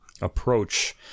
approach